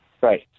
Right